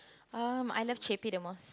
um I love Chaype the most